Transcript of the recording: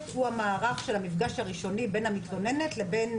הוא המערך של המפגש הראשוני בין המתלוננת לבין